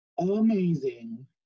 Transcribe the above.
amazing